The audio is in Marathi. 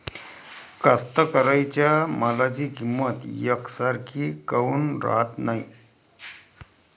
कास्तकाराइच्या मालाची किंमत यकसारखी काऊन राहत नाई?